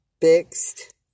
fixed